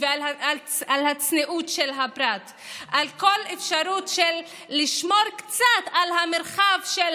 ועל הצניעות של הפרט ובכל אפשרות לשמור קצת על המרחב של